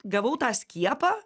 gavau tą skiepą